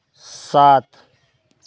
सात